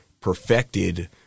perfected